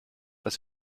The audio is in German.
was